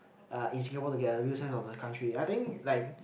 uh in Singapore to get a real sense of the country I think like